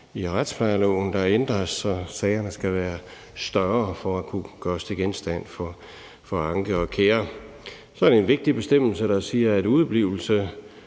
i retsplejeloven, der ændres, så sagerne skal være større for at kunne gøres til genstand for anke og kære. Så er der en vigtig bestemmelse, der siger noget om udeblivelse.